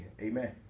amen